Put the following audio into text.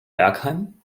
bergheim